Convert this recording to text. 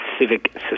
civic